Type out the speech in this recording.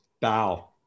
bow